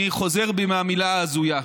אני חוזר בי מהמילה "הזויה",